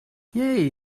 yay